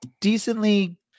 decently